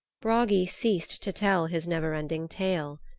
bragi ceased to tell his never-ending tale.